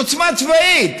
עוצמה צבאית,